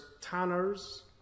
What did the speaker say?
tanners